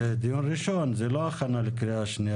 זה דיון ראשון בהכנה לקריאה שניה